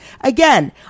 again